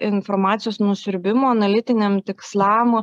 informacijos nusiurbimo analitiniam tikslam